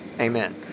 Amen